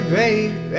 baby